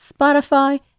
Spotify